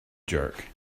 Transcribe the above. jerk